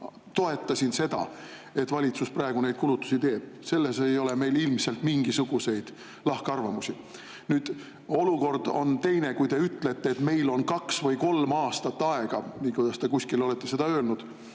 toetasin seda, et valitsus praegu neid kulutusi teeb. Selles ei ole meil ilmselt mingisuguseid lahkarvamusi. Aga olukord on teine, kui te ütlete, et meil on kaks või kolm aastat aega, nagu te seda kuskil ütlesite